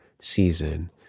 season